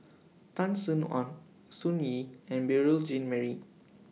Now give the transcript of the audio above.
Tan Sin Aun Sun Yee and Beurel Jean Marie